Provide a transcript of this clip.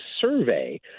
survey –